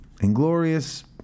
Inglorious